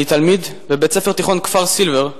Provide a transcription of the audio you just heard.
אני תלמיד בבית-ספר תיכון כפר-סילבר,